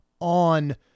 on